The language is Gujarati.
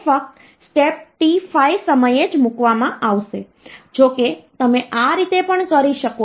હવે તે પછી આમાં માત્ર 2 અંકો છે જે 0 અને 1 છે